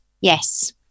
yes